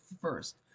first